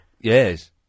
Yes